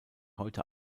heute